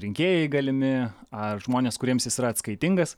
rinkėjai galimi ar žmonės kuriems yra atskaitingas